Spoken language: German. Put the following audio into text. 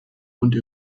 und